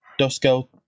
Dusko